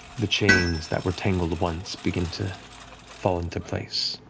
the chains that were tangled once begin to fall into place.